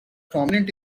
prominent